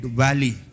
valley